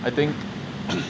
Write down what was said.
I think